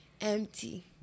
empty